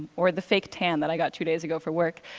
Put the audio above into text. or the fake tan that i got two days ago for work,